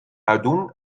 uitdoen